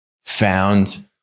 found